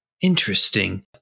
Interesting